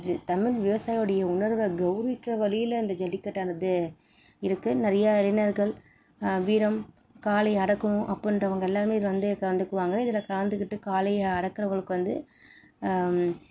தமிழ் விவசாயி உடைய உணர்வை கவுரவிக்கற வழியில் இந்த ஜல்லிக்கட்டானது இருக்குது நிறையா இளைஞர்கள் வீரம் காளை அடக்கணும் அப்பிடின்றவுங்க எல்லோருமே இதில் வந்து கலந்துக்குவாங்க இதில் கலந்துக்கிட்டு காளையை அடக்குறவுங்களுக்கு வந்து